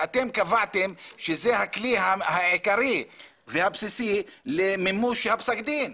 שאתם קבעתם שזה הכלי העיקרי והבסיסי למימוש פסק הדין.